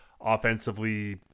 offensively